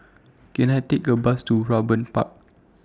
Can I Take A Bus to Raeburn Park